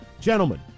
Gentlemen